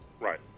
Right